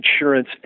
insurance